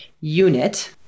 unit